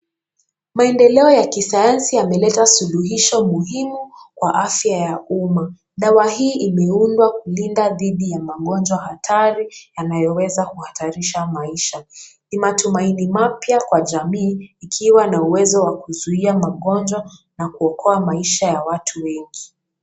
Maendeleo ya kisayansi yameleta suluhisho muhimu kwa afya ya umma. Dawa hii imeundwa ili kulidha dhidi ya magonjwa hatari, yanayoweza kuhatarisha maisha. Ina matumaini mapya kwa jamii, ikiwa na uwezo wa kuzuia magonjwa na kuokoa maisha ya watu wengi.